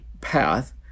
path